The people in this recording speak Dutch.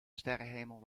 sterrenhemel